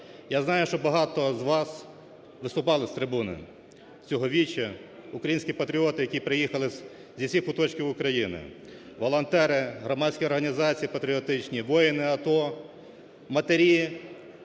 Я знаю, що багато з вас виступали з трибуни цього віче. Українські патріоти, які приїхали з усіх куточків України, волонтери, громадські організації патріотичні, воїни АТО, матері,